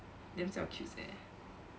damn 小 cutes eh